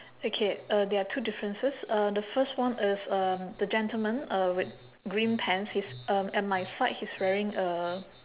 okay uh there are two differences uh the first one is um the gentleman uh with green pants he's um at my side he's wearing a